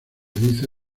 dice